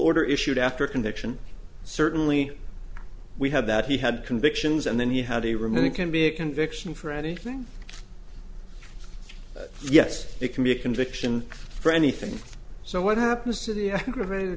order issued after a conviction certainly we had that he had convictions and then he had to remove it can be a conviction for anything yes it can be a conviction for anything so what happens to the